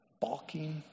balking